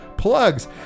plugs